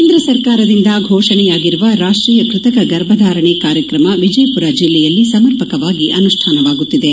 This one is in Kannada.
ಕೇಂದ್ರ ಸರ್ಕಾರದಿಂದ ಘೋಷಣೆಯಾಗಿರುವ ರಾಷ್ಟೀಯ ಕೃತಕ ಗರ್ಭಧಾರಣೆ ಕಾರ್ಯಕ್ರಮ ವಿಜಯಪುರ ಜಿಲ್ಲೆಯಲ್ಲಿ ಸಮರ್ಪಕವಾಗಿ ಅನುಷ್ಟಾನವಾಗುತ್ತಿದೆ